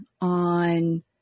on